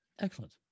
Excellent